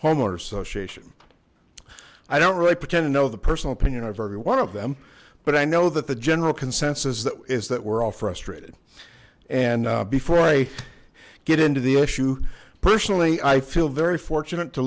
homeowners association i don't really pretend to know the personal opinion are very one of them but i know that the general consensus that is that we're all frustrated and before i get into the issue personally i feel very fortunate to